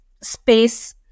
space